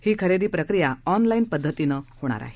ही खरेदी प्रक्रिया ऑनलाईन पद्धतीनं होणार आहे